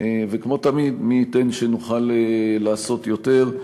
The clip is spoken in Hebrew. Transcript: וכמו תמיד, מי ייתן שנוכל לעשות יותר,